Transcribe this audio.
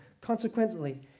Consequently